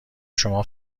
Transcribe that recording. شما